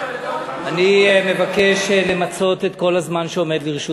אני מבקש למצות את כל הזמן שעומד לרשותי.